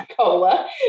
cola